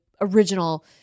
original